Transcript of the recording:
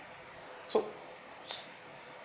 so